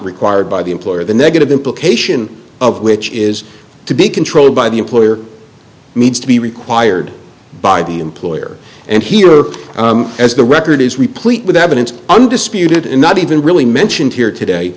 required by the employer the negative implication of which is to be controlled by the employer needs to be required by the employer and here as the record is replete with evidence undisputed and not even really mentioned here today